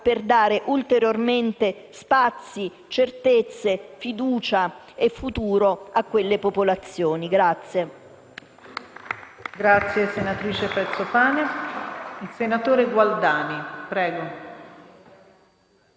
per dare ulteriori spazi, certezze, fiducia e futuro a quelle popolazioni.